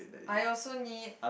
I also need